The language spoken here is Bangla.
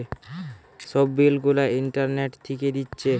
সব বিল গুলা ইন্টারনেট থিকে দিচ্ছে